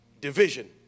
Division